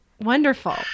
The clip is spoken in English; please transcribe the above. wonderful